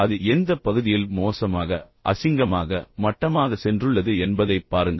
அது எந்தப் பகுதியில் மோசமாக அசிங்கமாக மட்டமாக சென்றுள்ளது என்பதைப் பாருங்கள்